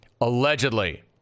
Allegedly